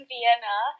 Vienna